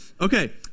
okay